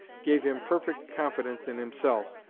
gave him perfect confidence in himself,